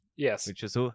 Yes